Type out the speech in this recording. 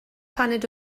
paned